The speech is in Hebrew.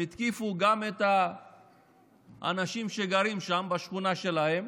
הם התקיפו גם את האנשים שגרים שם בשכונה שלהם,